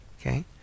Okay